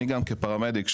אני כפרמדיק,